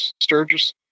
sturgis